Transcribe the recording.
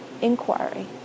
inquiry